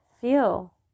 feel